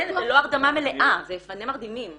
כן, אבל לא הרדמה מלאה, זה יפנה מרדימים.